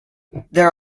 there